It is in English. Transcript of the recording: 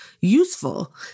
useful